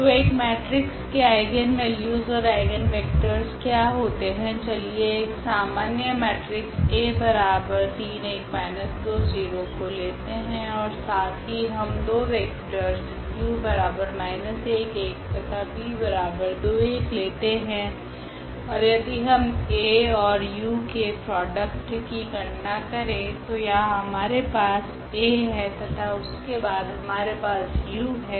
तो एक मेट्रिक्स के आइगनवेल्यूस ओर आइगनवेक्टरस क्या होते है चलिए एक सामान्य मेट्रिक्स को लेते है ओर साथ ही हम दो वेक्टरस तथा लेते है ओर यदि हम A ओर u के प्रॉडक्ट की गणना करे तो यहाँ हमारे पास A है तथा उसके बाद हमारे पास u है